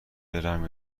برم